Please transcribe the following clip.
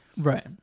Right